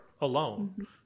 alone